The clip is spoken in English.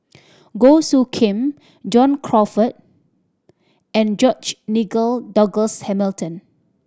Goh Soo Khim John Crawfurd and George Nigel Douglas Hamilton